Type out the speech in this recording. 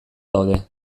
daude